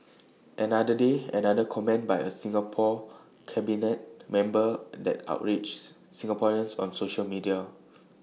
another day another comment by A Singapore cabinet member that outrages Singaporeans on social media